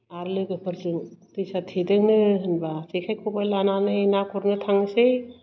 आरो लोगोफोरजों दैसा थेदोंनो होनबा जेखाय खबाय लानानै ना गुरनो थांसै